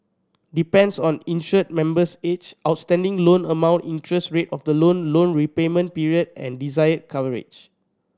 depends on insured member's age outstanding loan amount interest rate of the loan loan repayment period and desired coverage